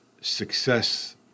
success